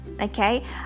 Okay